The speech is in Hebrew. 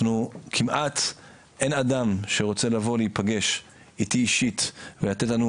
כמעט אין אדם שרוצה לבוא להיפגש איתי אישית ולתת לנו